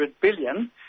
billion